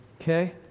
Okay